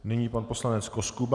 Nyní pan poslanec Koskuba.